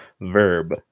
Verb